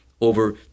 over